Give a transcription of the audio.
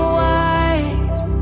wide